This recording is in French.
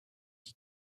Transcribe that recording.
qui